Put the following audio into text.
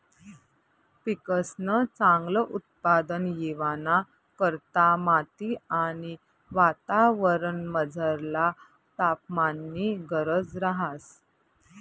पिकंसन चांगल उत्पादन येवाना करता माती आणि वातावरणमझरला तापमाननी गरज रहास